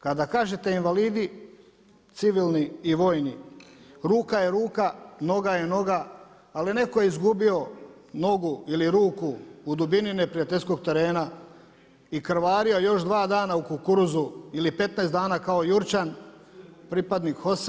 Kada kažete invalidi civilni i vojni, ruka je ruka, noga je noga, ali neko je izgubio nogu ili ruku u dubini neprijateljskog terena i krvario još dva dana u kukuruzu ili 15 dana kao Jurčan pripadnik HOS-a.